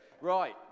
Right